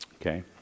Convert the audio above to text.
Okay